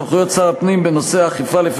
2. סמכויות שר הפנים בנושא האכיפה לפי